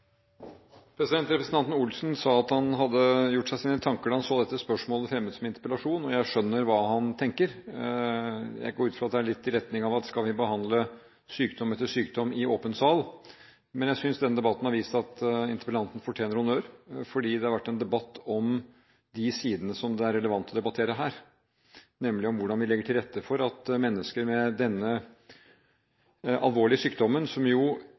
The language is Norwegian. Representanten Per Arne Olsen sa at han hadde gjort seg sine tanker da han så dette spørsmålet fremmet som interpellasjon, og jeg skjønner hva han tenker. Jeg går ut ifra at det går litt i retning av om vi skal behandle sykdom etter sykdom i åpen sal. Men jeg synes at denne debatten har vist at interpellanten fortjener honnør, fordi det har vært en debatt om de sidene som det er relevant å debattere her, nemlig om hvordan vi legger til rette for at mennesker med denne alvorlige sykdommen som